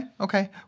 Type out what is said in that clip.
okay